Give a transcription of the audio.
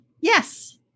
Yes